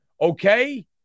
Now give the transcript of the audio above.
okay